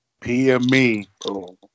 PME